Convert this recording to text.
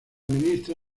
ministra